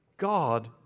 God